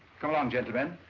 come on gentlemen.